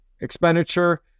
expenditure